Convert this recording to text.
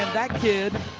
and that kid